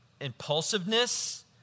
Impulsiveness